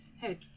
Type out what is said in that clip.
hey